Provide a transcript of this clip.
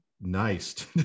nice